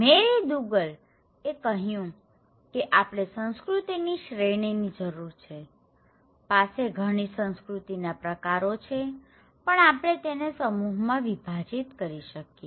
મેરી Dougal એ કહ્યું હતું કે આપણે સંસ્કૃતિની શ્રેણીની જરૂર છે પાસે ઘણી સાંસ્કૃતિના પ્રકારો છે પણ આપણે તેને સમૂહમાં વિભાજીત કરી શકીએ